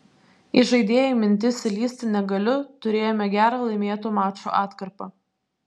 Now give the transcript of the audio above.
į žaidėjų mintis įlįsti negaliu turėjome gerą laimėtų mačų atkarpą